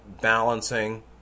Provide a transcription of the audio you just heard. balancing